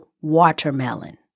Watermelon